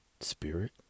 Spirit